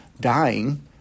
dying